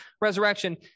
resurrection